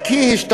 רק היא השתמשה.